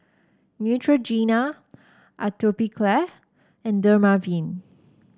Neutrogena Atopiclair and Dermaveen